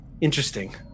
interesting